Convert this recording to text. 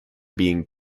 being